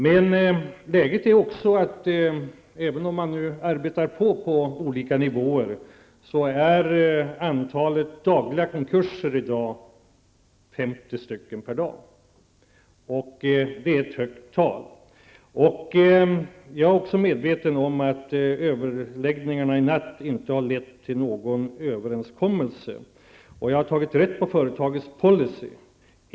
Men läget är också sådant att även om man nu arbetar på olika nivåer är antalet konkurser 50 per dag, och det är ett högt tal. Jag är också medveten om att överläggningarna i natt inte har lett till någon överenskommelse. Jag har tagit reda på företagets policy.